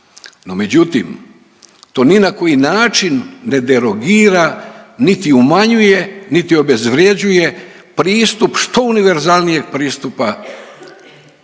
međutim, to ni na koji način ne derogira niti umanjuje, niti obezvređuje pristup što univerzalnijeg pristupa onome